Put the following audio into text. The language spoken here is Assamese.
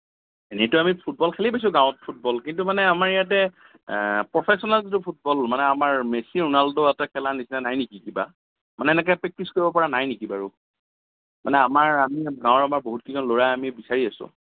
এনেইতো আমি ফুটবল খেলি পাইছোঁ গাঁৱত ফুটবল কিন্তু মানে আমাৰ ইয়াতে প্ৰফেচনেল যিটো ফুটবল মানে আমাৰ মেছি ৰনাল্ডোহঁতে খেলা নিচিনা নাই নেকি কিবা মানে এনেকে প্ৰেকটিচ কৰিব পাৰা নাই নেকি বাৰু মানে আমাৰ আমি গাঁৱৰ আমাৰ বহুতকেইজন ল'ৰাই আমি বিচাৰি আছোঁ